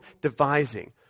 devising